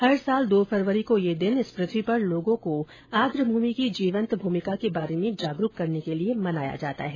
हर वर्ष दो फरवरी को यह दिन इस पृथ्वी पर लोगों को आर्द्र भूमि की जीवंत भूमिका के बारे में जागरूक करने के लिए मनाया जाता है